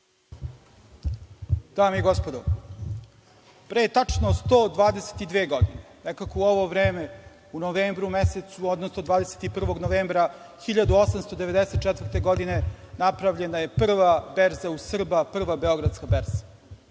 Dame i gospodo, pre tačno 122 godine, nekako u ovo vreme, u novembru mesecu, odnosno 21. novembra 1894. godine napravljena je prva berza u Srba, prva Beogradska berza. Do